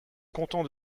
content